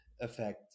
effect